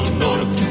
north